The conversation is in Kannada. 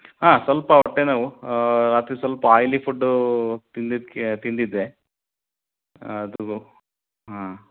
ಹಾಂ ಸ್ವಲ್ಪ ಹೊಟ್ಟೆ ನೋವು ರಾತ್ರಿ ಸ್ವಲ್ಪ ಆಯಿಲಿ ಫುಡ್ಡು ತಿಂದಿದ್ಕೆ ತಿಂದಿದ್ದೆ ಅದು ಹಾಂ